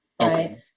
Right